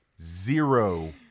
zero